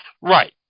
Right